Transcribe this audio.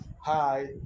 Hi